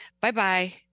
Bye-bye